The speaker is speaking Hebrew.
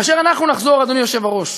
כאשר אנחנו נחזור, אדוני היושב-ראש,